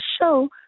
show